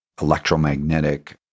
electromagnetic